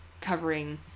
covering